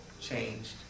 changed